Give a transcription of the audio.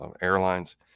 airlines